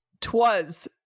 twas